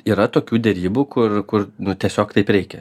yra tokių derybų kur kur nu tiesiog taip reikia